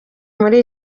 muri